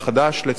לצערי הרב.